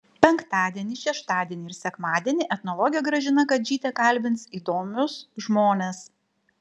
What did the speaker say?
penktadienį šeštadienį ir sekmadienį etnologė gražina kadžytė kalbins įdomius žmones